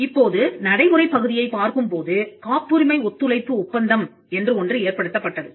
இப்போது நடைமுறை பகுதியைப் பார்க்கும் போது காப்புரிமை ஒத்துழைப்பு ஒப்பந்தம் என்று ஒன்று ஏற்படுத்தப்பட்டது